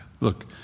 Look